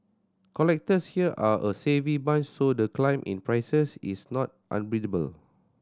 collectors here are a savvy bunch so the climb in prices is not